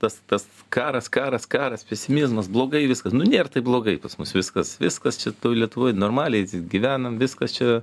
tas tas karas karas karas pesimizmas blogai viskas nu nėr taip blogai pas mus viskas viskas čia lietuvoj normaliai gyvenam viskas čia